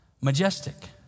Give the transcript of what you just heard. majestic